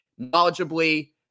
knowledgeably